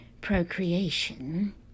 procreation